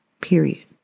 Period